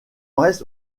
reste